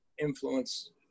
influence